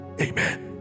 Amen